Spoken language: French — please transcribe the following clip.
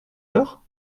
sœur